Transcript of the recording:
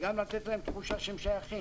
זה גם לתת להם תחושה שהם שייכים,